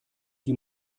die